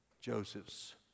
Joseph's